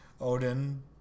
Odin